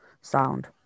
sound